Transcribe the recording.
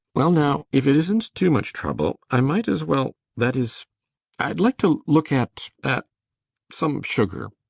well now if it isn't too much trouble i might as well that is i'd like to look at at some sugar.